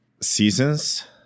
seasons